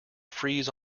freeze